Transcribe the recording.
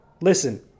Listen